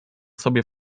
sobie